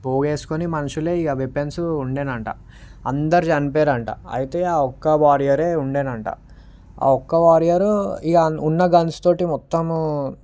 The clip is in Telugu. పోగేసుకుని మనషులై ఇక వెపన్స్ ఉండెనంట అందరు చనిపోయినారంట అయితే ఆ ఒక్క వారియరే ఉండెనంట ఆ ఒక్క వారియరు ఇగ ఉన్న గన్స్ తోటి మొత్తము